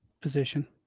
position